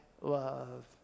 love